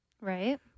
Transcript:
Right